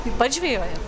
tai pats žvejoja